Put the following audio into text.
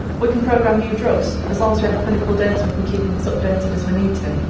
we can program new drugs, as long as we have clinical data we can keep him as updated as we need to.